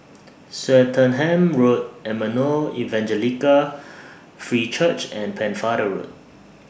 Swettenham Road Emmanuel Evangelical Free Church and Pennefather Road